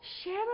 share